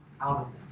out